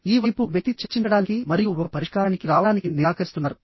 ఈ వైపు వ్యక్తి చర్చించడానికి మరియు ఒక పరిష్కారానికి రావడానికి నిరాకరిస్తున్నారు